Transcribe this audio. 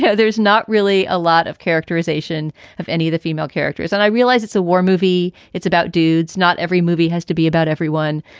yeah there's not really a lot of characterization of any of the female characters. and i realize it's a war movie. it's about dudes. not every movie has to be about everyone,